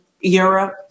Europe